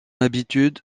habitude